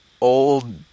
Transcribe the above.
old